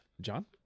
John